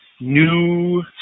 new